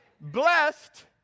blessed